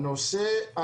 הנושא,